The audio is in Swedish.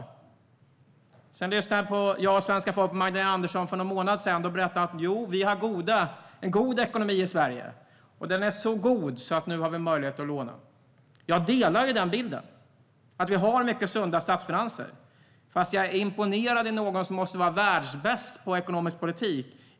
Men för någon månad sedan kunde jag och svenska folket höra Magdalena Andersson berätta att vi har en god ekonomi i Sverige, så god att vi nu har möjlighet att låna. Jag har samma bild; vi har mycket sunda statsfinanser. Men jag är imponerad, för Magdalena Andersson måste vara världsbäst på ekonomisk politik.